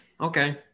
Okay